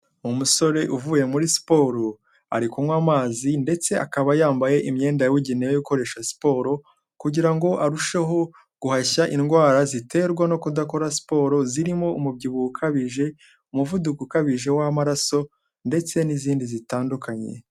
Umusore uvuye muri siporo, ari kunywa amazi ndetse akaba yambaye imyenda yabugenewe yo gukoresha siporo kugira ngo arusheho guhashya indwara ziterwa no kudakora siporo zirimo umubyibuho ukabije, umuvuduko ukabije w'amaraso ndetse n'izindi zitandukanye.